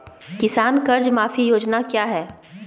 किसान कर्ज माफी योजना क्या है?